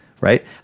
right